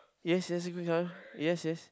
yes yes green color yes yes